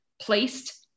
placed